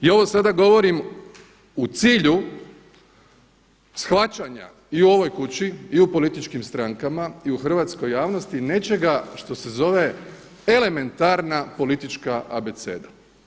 I ovo sada govorim u cilju shvaćanja i u ovoj kući i u političkim strankama i u hrvatskoj javnosti nečega što se zove elementarna politička abeceda.